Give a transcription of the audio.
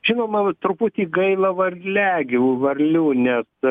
žinoma truputį gaila varliagyvių varlių nes